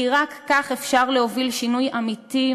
כי רק כך אפשר להוביל שינוי אמיתי,